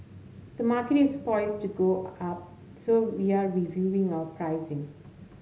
the market is poised to go up so we are reviewing our pricing